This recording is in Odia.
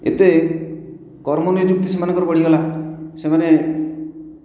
ଏତେ କର୍ମ ନିଯୁକ୍ତି ସେମାନଙ୍କର ବଢ଼ିଗଲା ସେମାନେ